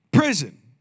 prison